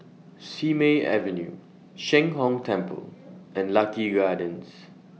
Simei Avenue Sheng Hong Temple and Lucky Gardens